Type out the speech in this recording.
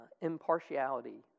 impartiality